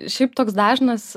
šiaip toks dažnas